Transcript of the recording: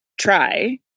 try